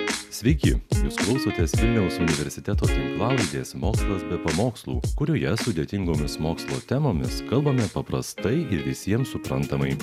sveiki jūs klausotės vilniaus universiteto tinklalaidės mokslas be pamokslų kurioje sudėtingomis mokslo temomis kalbame paprastai ir visiems suprantamai